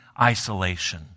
isolation